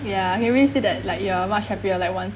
ya harry said that like you are much happier like once